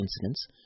incidents